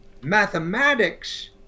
mathematics